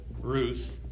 Ruth